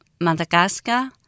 Madagascar